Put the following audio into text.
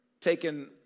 taken